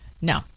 no